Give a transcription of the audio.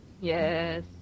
yes